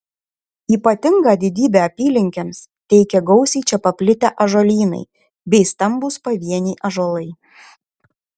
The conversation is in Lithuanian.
ypatingą didybę apylinkėms teikia gausiai čia paplitę ąžuolynai bei stambūs pavieniai ąžuolai